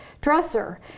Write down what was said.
dresser